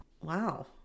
Wow